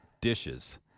dishes